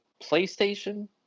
PlayStation